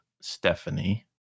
Stephanie